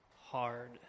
hard